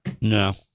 No